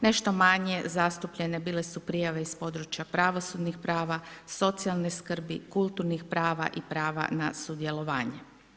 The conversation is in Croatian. Nešto manje zastupljene bile su prijave iz područja pravosudnih prava, socijalne skrbi, kulturnih prava i prava na sudjelovanje.